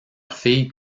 fille